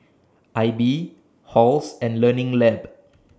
AIBI Halls and Learning Lab